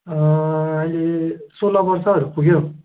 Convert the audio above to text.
अहिले सोह्र वर्षहरू पुग्यो